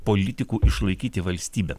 politikų išlaikyti valstybę